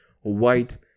white